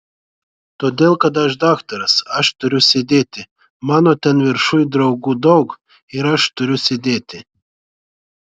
todėl kad aš daktaras aš turiu sėdėti mano ten viršuj draugų daug ir aš turiu sėdėti